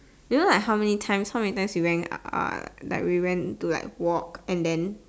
you know like how many times how many times we went uh like we went to like walk and then